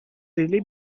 really